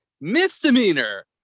Misdemeanor